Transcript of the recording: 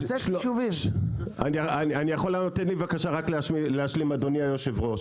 תן לי, בבקשה, רק להשלים, אדוני היושב-ראש.